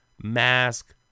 Mask